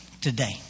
today